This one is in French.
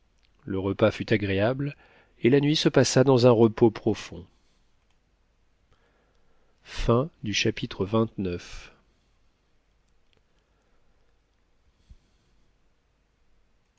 le repas fut agréable et la nuit se passa dans un repos profond chapitre